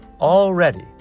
already